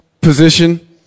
position